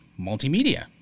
multimedia